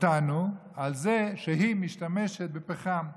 אותנו על זה שהיא משתמשת בפחם.